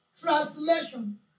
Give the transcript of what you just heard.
translation